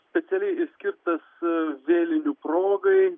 specialiai skirtas vėlinių progai